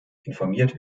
informiert